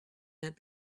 that